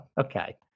Okay